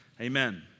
Amen